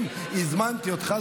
ואם הזמנתי אותך,